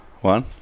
one